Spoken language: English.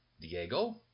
Diego